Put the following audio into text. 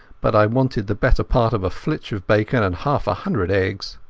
but i wanted the better part of a flitch of bacon and half a hundred eggs.